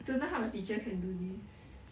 don't know how the teacher can do this